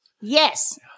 Yes